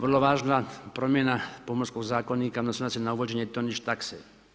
Vrlo važna promjena Pomorskog zakonika se odnosi na uvođenje tonić takse.